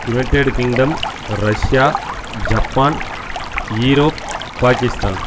United Kingdom Russia Japan Europe Pakistan